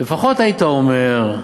לפחות היית אומר,